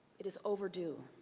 it is overdue.